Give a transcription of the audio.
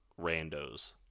randos